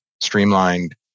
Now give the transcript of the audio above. streamlined